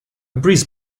breeze